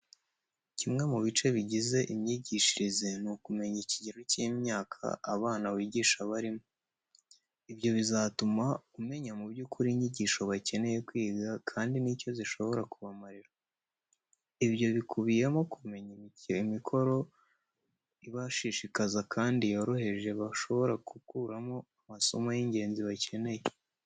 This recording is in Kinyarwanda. Kimwe mu bice bigize imyigishirize, ni ukumenya ikigero cy'imyaka abana wigisha barimo. Ibyo bizatuma umenya mu by'ukuri inyigisho bakeneye kwiga kandi n'icyo zishobora kubamarira. Ibyo bikubiyemo kumenya imikoro ibashishikaza kandi yoroheje bashobora gukuramo amasomo y'ingenzi bakeneye.